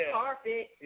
carpet